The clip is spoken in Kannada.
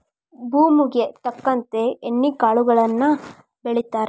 ಭೂಮುಗೆ ತಕ್ಕಂತೆ ಎಣ್ಣಿ ಕಾಳುಗಳನ್ನಾ ಬೆಳಿತಾರ